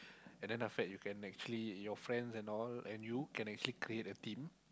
and then after that you can actually your friends and all and you can actually create a team